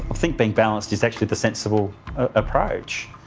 think being balanced is actually the sensible approach.